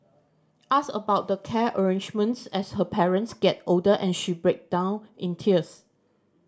ask about the care arrangements as her parents get older and she break down in tears